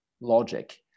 logic